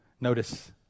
Notice